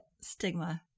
stigma